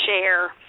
share